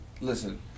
listen